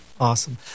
Awesome